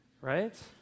right